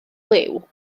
liw